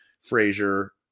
Frazier